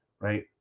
right